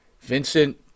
Vincent